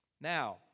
Now